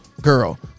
girl